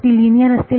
ती लिनिअर असतील का